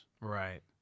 Right